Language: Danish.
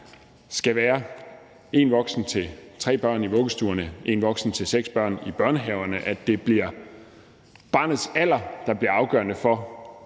skal være en voksen til tre børn i vuggestuerne og en voksen til seks børn i børnehaverne, og at det bliver barnets alder, der bliver afgørende for,